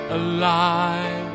alive